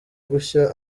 gushya